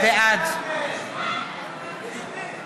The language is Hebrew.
בעד אני שוב פונה לחברי הכנסת לשמור על